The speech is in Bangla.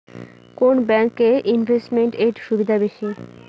কোন ব্যাংক এ ইনভেস্টমেন্ট এর সুবিধা বেশি?